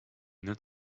not